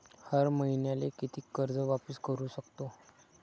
हर मईन्याले कितीक कर्ज वापिस करू सकतो?